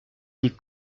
des